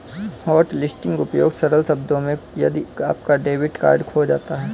hotlisting उपयोग सरल शब्दों में यदि आपका डेबिट कार्ड खो जाता है